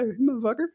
motherfucker